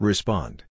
Respond